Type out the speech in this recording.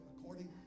according